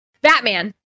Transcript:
batman